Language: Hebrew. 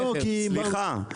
סליחה,